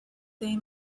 they